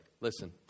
Listen